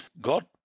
God